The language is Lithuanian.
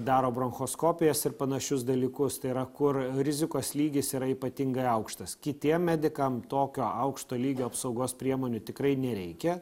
daro bronchoskopijas ir panašius dalykus tai yra kur rizikos lygis yra ypatingai aukštas kitiem medikam tokio aukšto lygio apsaugos priemonių tikrai nereikia